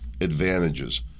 advantages